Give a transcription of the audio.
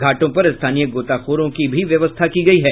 घाटों पर स्थानीय गोताखोरों की भी व्यवस्था की गयी है